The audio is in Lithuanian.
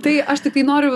tai aš tiktai noriu